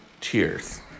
cheers